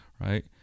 Right